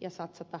ja satsata ajoissa